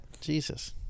jesus